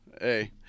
hey